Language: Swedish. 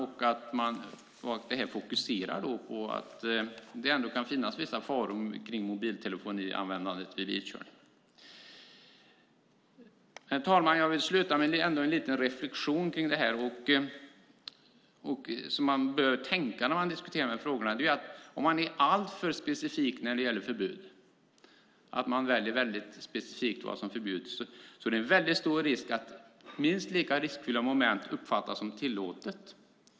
Vi fokuserar på att det kan finnas vissa faror med mobiltelefonanvändande vid bilkörning. Herr talman! Jag vill avsluta med en liten reflexion kring detta. När man diskuterar de här frågorna bör man tänka på att om man är alltför specifik när det gäller förbud finns det en väldigt stor risk att minst lika riskfyllda moment uppfattas som tillåtna.